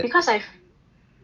because I